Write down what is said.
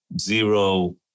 zero